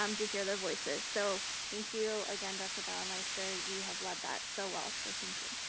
um to hear their voices? so thank you again, dr. baromeister. you have led that so well, so thank you.